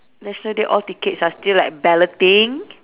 national day all tickets are still like balloting